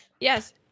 Yes